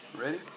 Ready